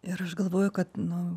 ir aš galvoju kad nu